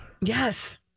Yes